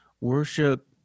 worship